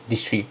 these three